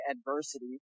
adversity